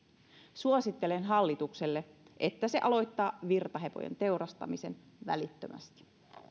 suosittelen hallitukselle että se aloittaa virtahepojen teurastamisen välittömästi